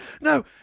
no